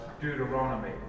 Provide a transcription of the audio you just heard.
Deuteronomy